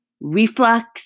reflux